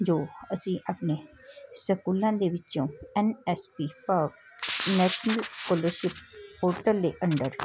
ਜੋ ਅਸੀਂ ਆਪਣੇ ਸਕੂਲਾਂ ਦੇ ਵਿੱਚੋਂ ਐਨ ਐਸ ਪੀ ਭਾਵ ਨੈਸ਼ਨਲ ਸਕੋਲਰਸ਼ਿਪ ਪੋਰਟਲ ਦੇ ਅੰਡਰ